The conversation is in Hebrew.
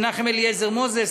מנחם אליעזר מוזס,